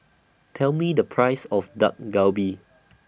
Tell Me The Price of Dak Galbi